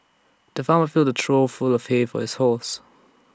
the farmer filled A trough full of hay for his horses